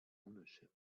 ownership